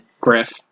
Griff